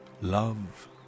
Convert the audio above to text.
love